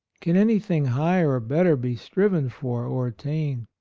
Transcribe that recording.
can anything higher or better be striven for or attained?